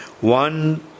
One